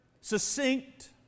succinct